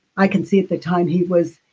i can see at the time he was